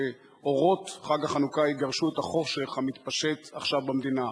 שאורות חג החנוכה יגרשו את החושך המתפשט עכשיו במדינה.